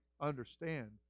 understand